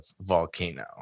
volcano